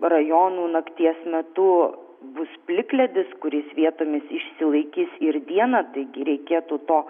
rajonų nakties metu bus plikledis kuris vietomis išsilaikys ir dieną taigi reikėtų to